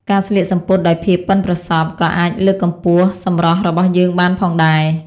ការស្លៀកសំពត់ដោយភាពប៉ិនប្រសប់ក៏អាចលើកកម្ពស់សម្រស់របស់យើងបានផងដែរ។